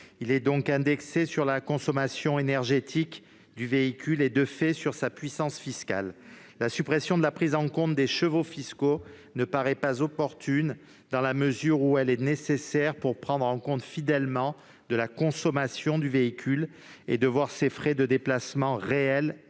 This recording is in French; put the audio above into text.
Il est donc indexé sur la consommation énergétique du véhicule et, de fait, sur sa puissance fiscale. La suppression de la prise en compte des chevaux fiscaux ne paraît pas opportune, dans la mesure où elle est nécessaire au calcul fidèle de la consommation du véhicule et au remboursement des frais de déplacement réels.